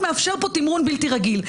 החוק מאפשר פה תמרון בלתי רגיל.